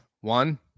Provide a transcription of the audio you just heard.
one